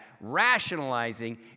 rationalizing